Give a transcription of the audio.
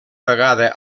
vegada